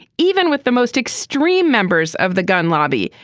even with the most extreme members of the gun lobby.